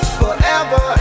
forever